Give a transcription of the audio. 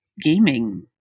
gaming